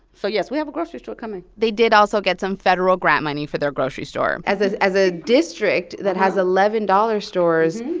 so yes, we have a grocery store coming they did also get some federal grant money for their grocery store as as a district that has eleven dollar stores,